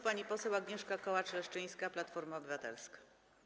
Pani poseł Agnieszka Kołacz-Leszczyńska, Platforma Obywatelska.